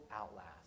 outlast